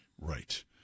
right